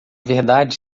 verdade